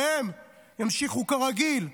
והם ימשיכו כרגיל,